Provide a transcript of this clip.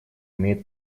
имеет